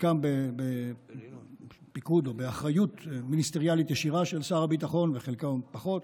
חלקם בפיקוד ובאחריות מיניסטריאלית ישירה של שר הביטחון וחלקם פחות,